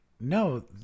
No